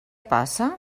passa